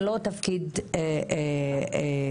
זה לא תפקיד הכנסת,